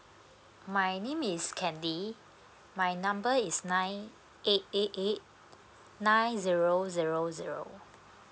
my name is candy my number is nine eight eight eight nine zero zero zero